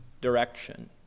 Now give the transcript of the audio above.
direction